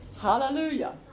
Hallelujah